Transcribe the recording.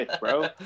bro